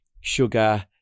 sugar